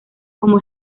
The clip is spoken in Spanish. como